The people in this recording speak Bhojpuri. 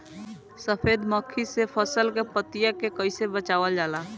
सफेद मक्खी से फसल के पतिया के कइसे बचावल जाला?